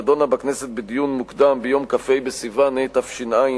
נדונה בכנסת בדיון המוקדם ביום כ"ה בסיוון התש"ע,